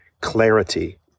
clarity